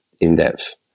in-depth